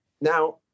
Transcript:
Now